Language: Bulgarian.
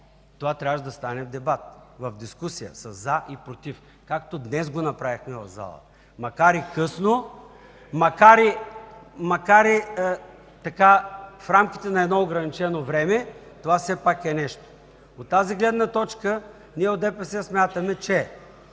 това трябваше да стане в дебат, в дискусия, със „за” и „против”, както днес го направихме в залата. Макар и късно, макар и в рамките на ограничено време, това все пак е нещо. От тази гледна точка ние от ДПС смятаме, че